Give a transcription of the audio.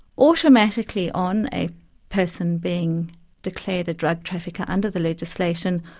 automatically, on a person being declared a drug trafficker under the legislation,